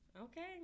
Okay